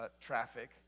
traffic